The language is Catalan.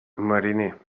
mariner